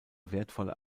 wertvolle